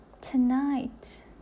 tonight